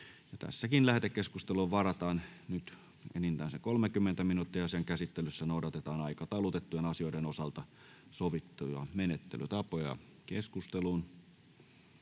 Lähetekeskusteluun varataan tässä yhteydessä enintään 30 minuuttia. Asian käsittelyssä noudatetaan aikataulutettujen asioiden osalta sovittuja menettelytapoja. — Ministeri